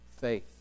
faith